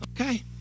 Okay